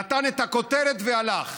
נתן את הכותרת והלך,